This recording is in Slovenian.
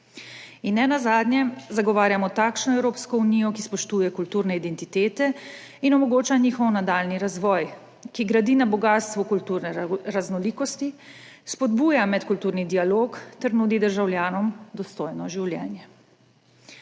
In nenazadnje, zagovarjamo takšno Evropsko unijo, ki spoštuje kulturne identitete in omogoča njihov nadaljnji razvoj, ki gradi na bogastvu kulturne raznolikosti, spodbuja medkulturni dialog ter nudi državljanom dostojno življenje.